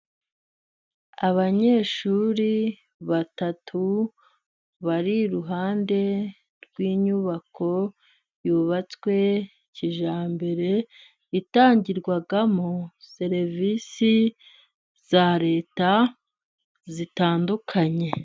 Abanyeshuri batatu bari iruhande rw'inyubako yubatswe kijyambere, itangirwamo serivisi za leta zitandukanye.